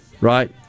right